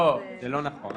לא, זה לא נכון.